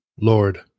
lord